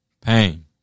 Pain